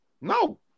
No